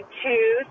two